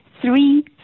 three